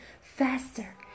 faster